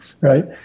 right